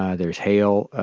ah there's hail.